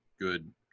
good